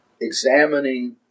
examining